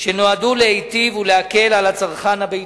שנועדו להטיב ולהקל על הצרכן הביתי.